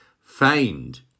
Find